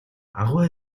аугаа